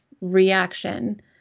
reaction